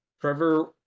trevor